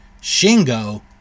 Shingo